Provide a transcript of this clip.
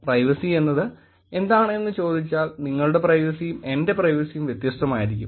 privacy എന്നത് എന്താണെന്ന് ചോദിച്ചാൽ നിങ്ങളുടെ പ്രൈവസിയും എന്റെ പ്രൈവസിയും വ്യത്യസ്തമായിരിക്കും